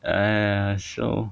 !aiya! so